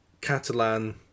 Catalan